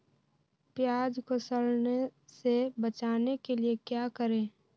प्याज को सड़ने से बचाने के लिए क्या करें?